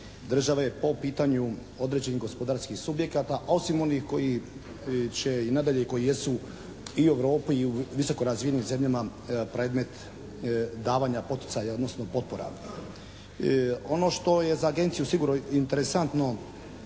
države po pitanju određenih gospodarskih subjekata, osim onih koji će i nadalje i koji jesu i u Europi i u visoko razvijenim zemljama predmet davanja poticaja, odnosno potpora. Ono što je za agenciju sigurno interesantno